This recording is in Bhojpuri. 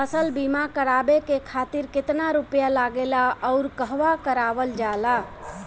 फसल बीमा करावे खातिर केतना रुपया लागेला अउर कहवा करावल जाला?